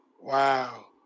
Wow